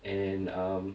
and um